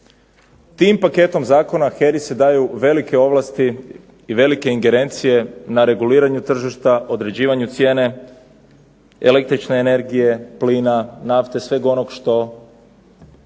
Tim paketom zakona HERA-i se daju velike ovlasti i velike ingerencije na reguliranju tržišta, određivanju cijene električne energije, plina, nafte, sveg onog što